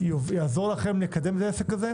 יעזור לכם לקדם את העסק הזה.